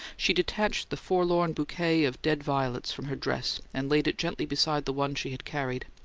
she detached the forlorn bouquet of dead violets from her dress and laid it gently beside the one she had carried.